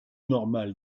normal